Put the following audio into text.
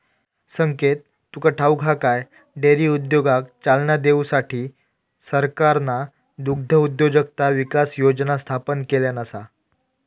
संकेत तुका ठाऊक हा काय, डेअरी उद्योगाक चालना देऊसाठी सरकारना दुग्धउद्योजकता विकास योजना स्थापन केल्यान आसा